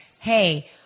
hey